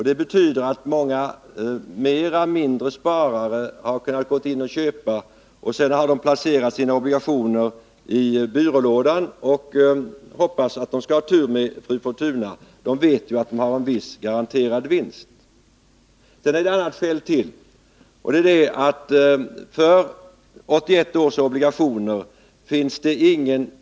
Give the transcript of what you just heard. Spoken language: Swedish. Det betyder att flera småsparare har kunnat köpa, och sedan har de placerat sina obligationer i byrålådan och hoppats att de skulle få tur genom Fru Fortuna — de vet ju att de har en viss garanterad vinst. Men det finns ytterligare ett skäl till den höga kursen.